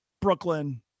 brooklyn